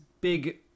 big